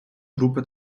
групи